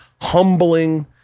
humbling